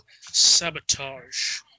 sabotage